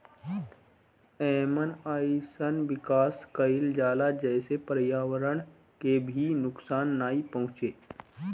एमे अइसन विकास कईल जाला जेसे पर्यावरण के भी नुकसान नाइ पहुंचे